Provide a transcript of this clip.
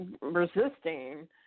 resisting